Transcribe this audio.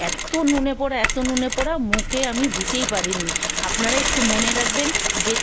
এত্ত নুনে পোড়া এত নুনে পোড়া মুখে আমি দিতেই পারিনি আপনারা একটু মনে রাখবেন যে